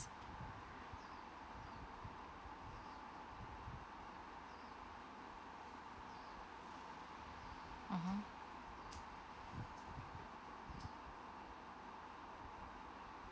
mmhmm